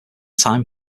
time